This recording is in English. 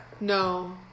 No